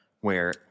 where-